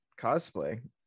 cosplay